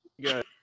good